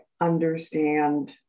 understand